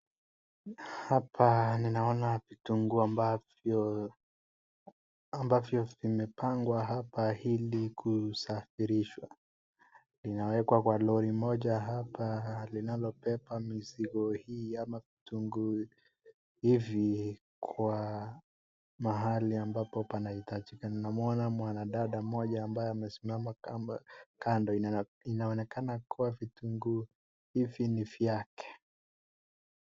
Hapa ninaona vitunguu ambavyo vimepangwa hapa ili kusafirishwa. Zinawekwa kwa lori moja hapa linalobeba mizigo hii au vitunguu hivi kwa mahali ambapo panahitajika. Ninamwona mwanadada mmoja kando, inaonekana vitunguu hivi ni vyake.